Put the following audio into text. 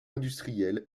industriel